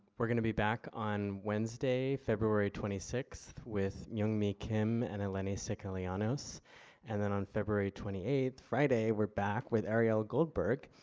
we're going to be back on wednesday february twenty six. with myung mi kim and eleni sikelianos and then on february twenty eight, friday, we're back with ariel goldberg,